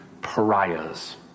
pariahs